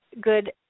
good